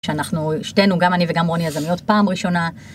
כשאנחנו, שתינו, גם אני וגם רוני יזמיות פעם ראשונה.